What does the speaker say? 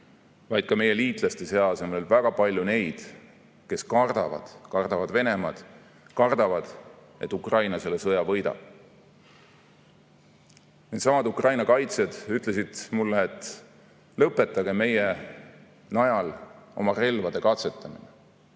vaid ka meie liitlaste seas on veel väga palju neid, kes kardavad – kardavad Venemaad, kardavad, et Ukraina selle sõja võidab. Needsamad Ukraina kaitsjad ütlesid mulle: "Lõpetage meie najal oma relvade katsetamine.